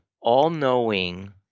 all-knowing